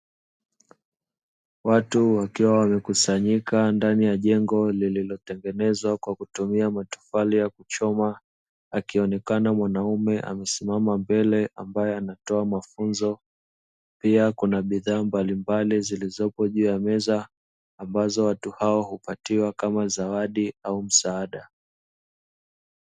Watu wakiwa wamekusanyika ndani ya jengo lililotengenezwa kwa kutumia matofali ya kuchoma, akionekana mwanaume amesimama mbele ambae anatoa mafunzo, pia kuna bidhaa mbalimbali zilizopo juu ya meza ambazo watu hao upatiwa kama zawadi au msaada.